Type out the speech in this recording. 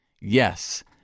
Yes